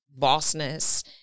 bossness